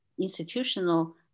institutional